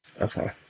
Okay